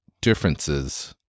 differences